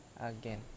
again